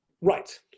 Right